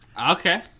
Okay